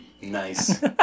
nice